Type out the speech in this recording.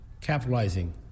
capitalizing